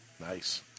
Nice